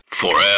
forever